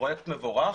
פרויקט מבורך,